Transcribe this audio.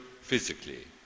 physically